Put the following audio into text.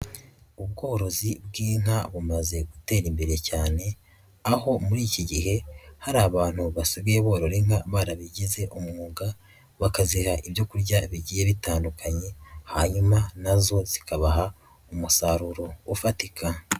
Ubworozi bw'inka bumaze gutera imbere cyane aho muri iki gihe hari abantu basigaye borora inka barabigize umwuga, bakaziha ibyo kurya bigiye bitandukanye hanyuma na zo zikabaha umusaruro ufatika.